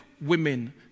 women